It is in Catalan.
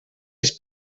les